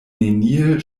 neniel